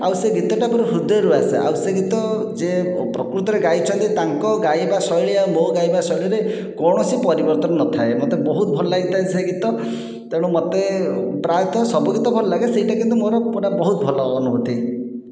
ଆଉ ସେ ଗୀତଟା ପୁରା ହୃଦୟରୁ ଆସେ ଆଉ ସେ ଗୀତ ଯେ ପ୍ରକୃତରେ ଗାଇଛନ୍ତି ତାଙ୍କ ଗାଇବା ଶୈଳୀ ଆଉ ମୋ ଗାଇବା ଶୈଳୀ ରେ କୌଣସି ପରିବର୍ତ୍ତନ ନଥାଏ ମତେ ବହୁତ ଭଲ ଲାଗିଥାଏ ସେ ଗୀତ ତେଣୁ ମୋତେ ପ୍ରାୟତଃ ସବୁ ଗୀତ ଭଲ ଲାଗେ ସେଇଟା କିନ୍ତୁ ମୋ'ର ପୂରା ବହୁତ ଭଲ ଅନୁଭୂତି